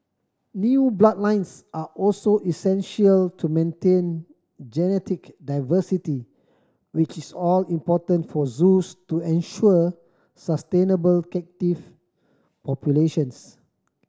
new bloodlines are also essential to maintain genetic diversity which is all important for zoos to ensure sustainable captive populations